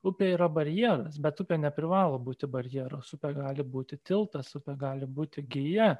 upė yra barjeras bet upė neprivalo būti barjeru upė gali būti tiltas upė gali būti gija